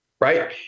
right